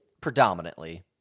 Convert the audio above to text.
predominantly